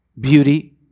beauty